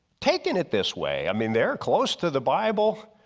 taking it this way. i mean they're close to the bible,